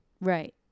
Right